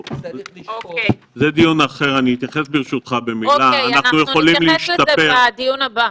אנחנו נתייחס לזה בדיון הבא.